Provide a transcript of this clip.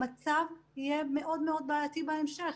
המצב יהיה מאוד מאוד בעייתי בהמשך.